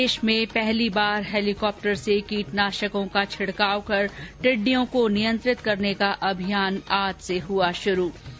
देश में पहली बार हेलीकॉप्टर से कीटनाशकों का छिड़काव कर टिड्डियों को नियंत्रित करने का अभियान आज से शुरू हुआ